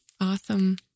awesome